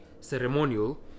ceremonial